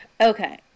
Okay